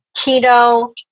keto